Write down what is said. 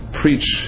preach